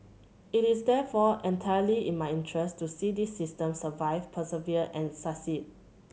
it is therefore entirely in my interest to see this system survive persevere and succeed